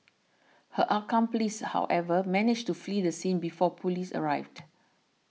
her accomplice however managed to flee the scene before police arrived